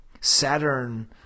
Saturn